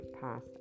past